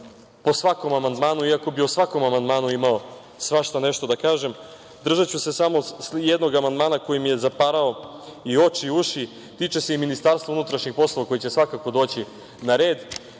po svakom amandmanu, iako bi o svakom amandmanu imao svašta nešto da kažem, držaću se samo jednog amandmana koji mi je zaparao i oči i uši, a tiče se i Ministarstva unutrašnjih poslova koje će svakako doći na red.